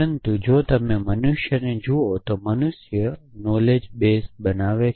પરંતુ જો તમે મનુષ્યને જુઓ તો મનુષ્ય નોલેજબેઝ બનાવે છે